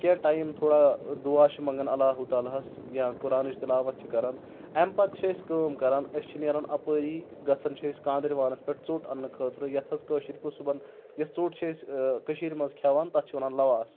کینٛہہ ٹایِم تھوڑا دُعا چھِ منٛگَان اللہ تعالیٰ ہَس یا قُرانٕچ تِلاوَتھ چھِ کَران امہِ پَتہٕ چھِ أسۍ کٲم کَرَان أسۍ چھِ نیرَان اَپٲری گژھان چھِ أسۍ کانٛدٕرۍ وانَس پؠٹھ ژوٚٹ اَننہٕ خٲطرٕ یَتھ حظ کٲشِر پٲٹھۍ صُبحن یَتھ ژوٚٹ چھِ أسۍ کٔشیٖرِ منٛز کھؠوان تَتھ چھِ وَنان لَواس